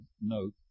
note